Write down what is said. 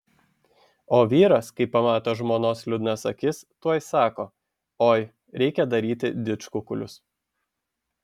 o vyras kai pamato žmonos liūdnas akis tuoj sako oi reikia daryti didžkukulius